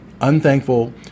unthankful